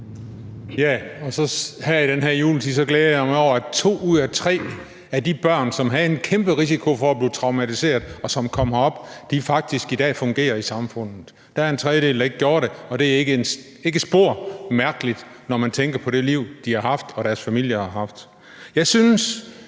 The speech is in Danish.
Juhl (EL): Her i den her juletid glæder jeg mig over, at to ud af tre af de børn, som havde en kæmpe risiko for at blive traumatiserede, og som kom herop, faktisk i dag fungerer i samfundet. Der er en tredjedel, der ikke gør det, og det er ikke spor mærkeligt, når man tænker på det liv, de har haft, og som deres familier har haft. Jeg synes,